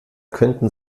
könnten